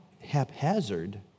haphazard